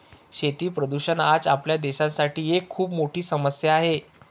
शेती प्रदूषण आज आपल्या देशासाठी एक खूप मोठी समस्या आहे